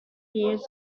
years